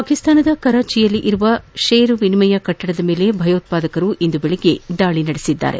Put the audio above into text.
ಪಾಕಿಸ್ತಾನದ ಕರಾಚಿಯಲ್ಲಿರುವ ಷೇರು ವಿನಿಮಯ ಕೆಟ್ಟಡದ ಮೇಲೆ ಭಯೋತ್ಪಾದಕರು ಇಂದು ಬೆಳಗ್ಗೆ ದಾಳಿ ನಡೆಸಿದ್ದಾರೆ